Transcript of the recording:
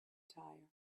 tire